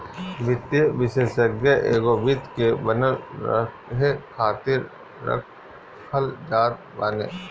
वित्तीय विषेशज्ञ एगो वित्त के बनल रहे खातिर रखल जात बाने